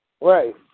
Right